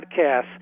podcasts